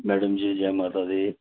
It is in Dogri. मैडम जी जै माता दी